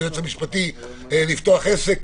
לפתוח עסק,